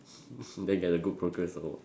then get the good progress award